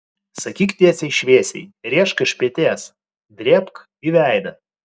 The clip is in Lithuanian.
sakyk tiesiai šviesiai rėžk iš peties drėbk į veidą